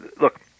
look